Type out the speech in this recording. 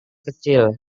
kecil